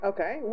Okay